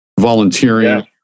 volunteering